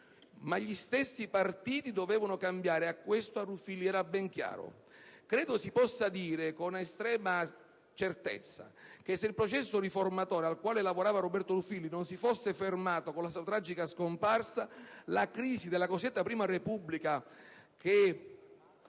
Ma gli stessi partiti dovevano cambiare e questo a Ruffilli era ben chiaro. Credo si possa dire, con estrema certezza, che se il processo riformatore al quale lavorava Roberto Ruffilli, non si fosse fermato con la sua tragica scomparsa, la crisi della cosiddetta Prima Repubblica, che